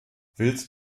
willst